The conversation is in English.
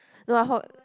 no ah her